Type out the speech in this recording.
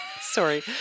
Sorry